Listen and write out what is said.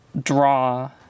draw